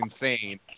insane